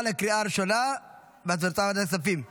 התשפ"ג 2023,